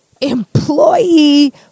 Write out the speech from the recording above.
employee